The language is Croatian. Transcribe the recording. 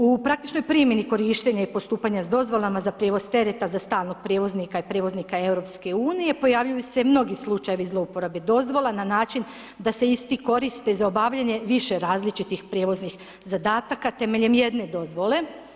U praktičnoj primjeni korištenje i postupanje s dozvolama za prijevoz tereta za stalnog prijevoznika i prijevoznika EU pojavljuju se mnogi slučajevi zlouporabe dozvola na način da se isti koriste za obavljanje više različitih prijevoznih zadataka temeljem jedne dozvole.